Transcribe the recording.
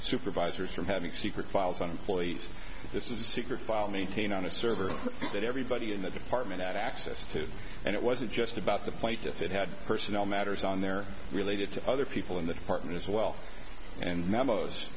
supervisors from having secret files on employees this is a secret file meeting on a server that everybody in the department had access to and it wasn't just about the plaintiff it had personnel matters on their related to other people in the department as well and memos